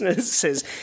says